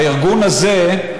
הארגון הזה,